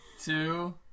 two